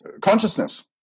consciousness